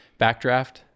Backdraft